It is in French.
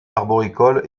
arboricole